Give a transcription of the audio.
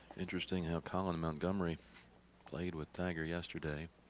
interesting how colin montgomerie played with tiger yesterday.